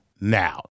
now